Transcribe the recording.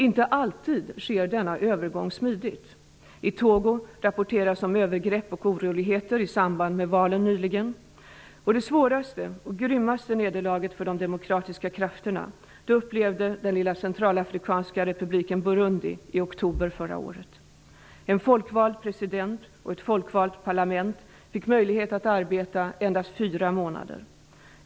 Inte alltid sker denna övergång smidigt. I Togo rapporteras om övergrepp och oroligheter i samband med valen nyligen. Det svåraste och grymmaste nederlaget för de demokratiska krafterna upplevde den lilla centralafrikanska republiken Burundi i oktober förra året. En folkvald president och ett folkvalt parlament fick möjlighet att arbeta endast fyra månader.